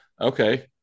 okay